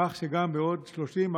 כך שגם בעוד 30,